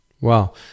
Wow